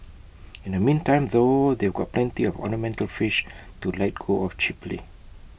in the meantime though they've got plenty of ornamental fish to let go of cheaply